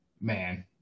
Man